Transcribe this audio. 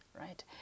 right